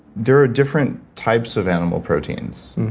there are different types of animal proteins.